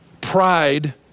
pride